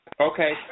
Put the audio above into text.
Okay